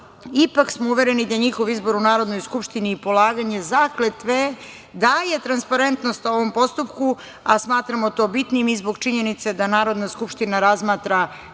ipak smo uvereni da njihov izbor u Narodnoj skupštini i polaganje zakletve daje transparentnost ovom postupku, a smatramo to bitnim i zbog činjenice da Narodna skupština razmatra